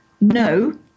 No